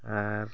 ᱟᱨ